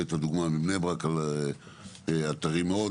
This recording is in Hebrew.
והבאת דוגמה מבני ברק על אתרים מאוד